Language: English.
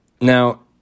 Now